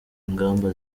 ingamba